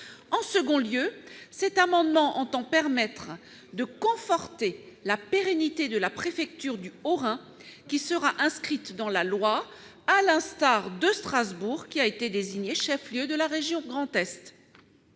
En second lieu, cet amendement entend permettre de conforter la pérennité de la préfecture du Haut-Rhin, qui sera inscrite dans la loi, à l'instar de Strasbourg qui a été désigné chef-lieu de la région Grand Est.